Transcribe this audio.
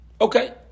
Okay